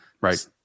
right